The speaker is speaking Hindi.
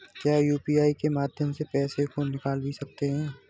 क्या यू.पी.आई के माध्यम से पैसे को निकाल भी सकते हैं?